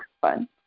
fun